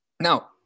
Now